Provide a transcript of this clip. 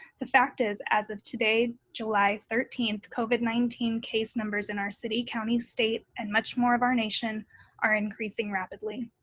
the fact is, as of today, july thirteenth, covid nineteen case numbers in our city, county, state, and much more of our nation are increasing rapidly.